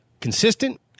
consistent